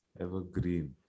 evergreen